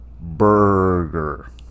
burger